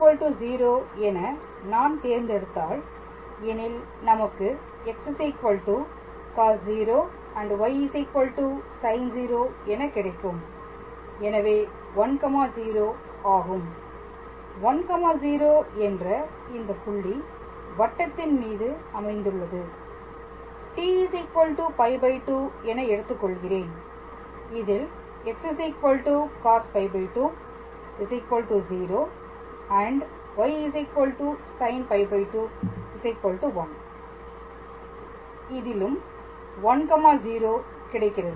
t 0 என நான் தேர்ந்தெடுத்தால் எனில் நமக்கு x cos0 y sin0 என கிடைக்கும் எனவே 10 ஆகும் 10 என்ற இந்த புள்ளி வட்டத்தின் மீது அமைந்துள்ளது t π2 என எடுத்துக் கொள்கிறேன் இதில் x cos π2 0 y sin π2 1 இதிலும் 10 கிடைக்கிறது